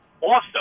awesome